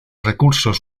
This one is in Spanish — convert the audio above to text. recursos